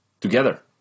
together